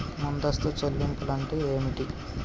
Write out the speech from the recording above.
ముందస్తు చెల్లింపులు అంటే ఏమిటి?